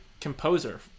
composer